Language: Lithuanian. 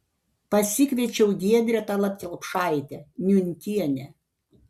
pasikviečiau giedrę tallat kelpšaitę niunkienę